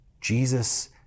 Jesus